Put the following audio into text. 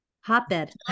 Hotbed